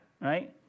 right